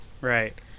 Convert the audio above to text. Right